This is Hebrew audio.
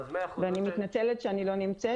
אני מתנצלת שאני לא נמצאת,